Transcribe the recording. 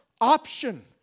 option